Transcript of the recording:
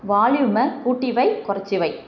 வால்யூமை கூட்டி வை குறைச்சு வை